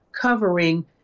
covering